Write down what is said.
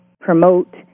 promote